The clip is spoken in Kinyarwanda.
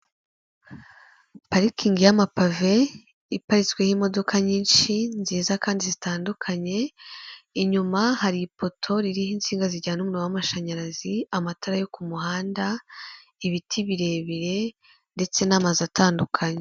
Parikingi y'amapave iparitsweho imodoka nyinshi nziza kandi zitandukanye, inyuma hari ipoto ririho insinga zijyana umuriro w'amashanyarazi, amatara yo ku muhanda, ibiti birebire ndetse n'amazu atandukanye.